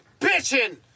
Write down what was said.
bitching